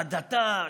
הדתה,